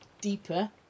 deeper